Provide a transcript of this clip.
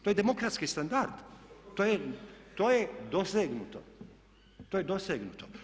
To je demokratski standard, to je dosegnuto, to je dosegnuto.